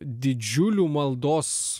didžiulių maldos